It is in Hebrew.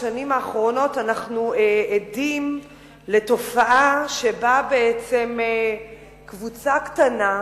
בשנים האחרונות אנחנו עדים לתופעה שבה קבוצה קטנה,